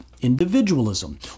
individualism